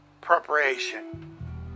Preparation